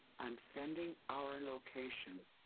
i'm sending our location.